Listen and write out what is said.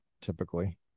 typically